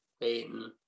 waiting